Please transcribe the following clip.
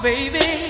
Baby